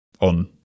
on